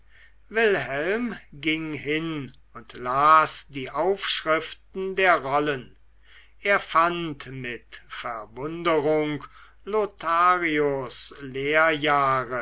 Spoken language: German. wilhelm ging hin und las die aufschriften der rollen er fand mit verwunderung lotharios